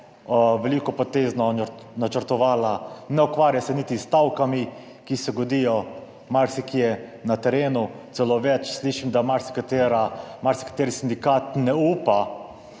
velikopotezno načrtovala, ne ukvarja se niti s stavkami, ki se godijo marsikje na terenu, celo več, slišim, da marsikatera, marsikateri